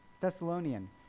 Thessalonian